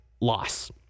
loss